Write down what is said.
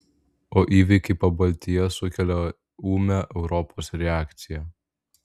o įvykiai pabaltijyje sukelia ūmią europos reakciją